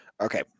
Okay